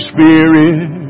Spirit